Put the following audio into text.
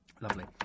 Lovely